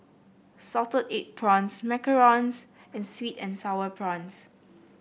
Salted Egg Prawns Macarons and sweet and sour prawns